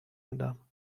میدم